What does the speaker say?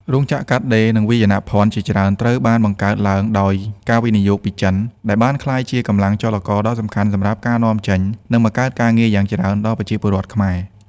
រោងចក្រកាត់ដេរ និងវាយនភ័ណ្ឌជាច្រើនត្រូវបានបង្កើតឡើងដោយការវិនិយោគពីចិន ដែលបានក្លាយជាកម្លាំងចលករដ៏សំខាន់សម្រាប់ការនាំចេញ និងបង្កើតការងារយ៉ាងច្រើនដល់ប្រជាពលរដ្ឋខ្មែរ។